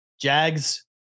Jags